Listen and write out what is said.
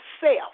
self